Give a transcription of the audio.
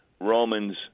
Romans